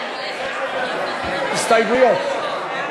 הסתייגויות.